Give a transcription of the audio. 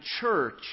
church